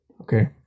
Okay